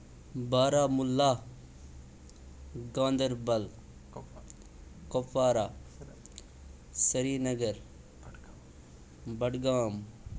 بارہ مولہ گانٛدربل کۄپوارہ سرینَگَر بَڈگام